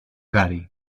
gary